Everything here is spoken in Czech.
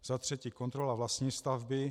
Za třetí kontrola vlastní stavby.